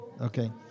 Okay